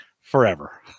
forever